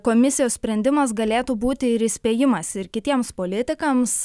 komisijos sprendimas galėtų būti ir įspėjimas ir kitiems politikams